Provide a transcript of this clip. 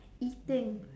eating